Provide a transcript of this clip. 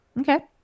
Okay